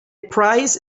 prize